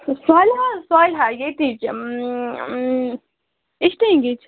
صالحَہ حظ صالحَہ ییٚتِچ اِسٹیٖنٛگِچ